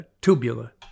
tubular